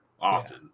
often